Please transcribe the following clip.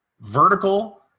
vertical